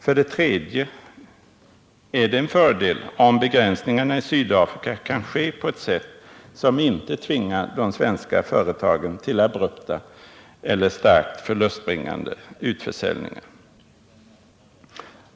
För det tredje är det en fördel om begränsningen av verksamheten i Sydafrika kan ske på ett sätt som inte tvingar de svenska företagen till abrupta eller starkt förlustbringande utförsäljningar.